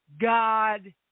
God